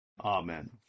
amen